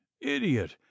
idiot